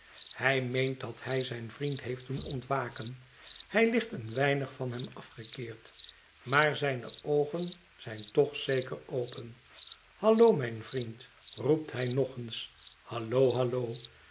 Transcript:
hij meent dat hij zijn vriend heeft doen ontwaken hij ligt een weinig van hem afgekeerd maar zijne oogen zijn toch zeker open hallo mijn vriend roept hij nog eens hallo hallo